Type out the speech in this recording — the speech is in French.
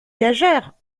gageure